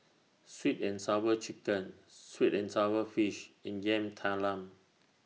Sweet and Sour Chicken Sweet and Sour Fish and Yam Talam